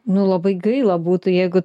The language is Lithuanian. nu labai gaila būtų jeigu